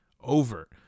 over